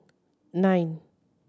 nine